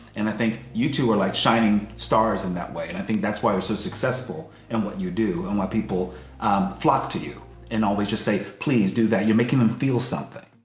and i think you two are like shining stars in that way and i think that's why you're so successful in what you do, and why people flock to you and always just say, please do that. you're making them feel something.